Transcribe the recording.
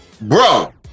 bro